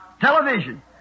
television